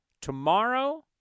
tomorrow